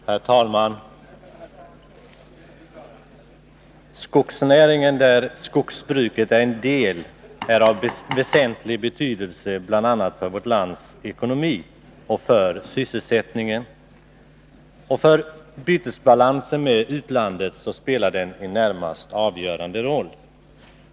Herr talman! Skogsnäringen, där skogsbruket är en del, är av väsentlig betydelse, bl.a. för vårt lands ekonomi och för sysselsättningen. Och för bytesbalansen med utlandet spelar den en närmast avgörande roll.